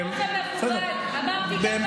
אדוני היושב-ראש המכובד, אמרתי גם בנאום.